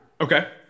Okay